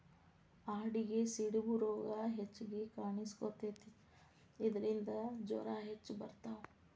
ಆಡಿಗೆ ಸಿಡುಬು ರೋಗಾ ಹೆಚಗಿ ಕಾಣಿಸಕೊತತಿ ಇದರಿಂದ ಜ್ವರಾ ಹೆಚ್ಚ ಬರತಾವ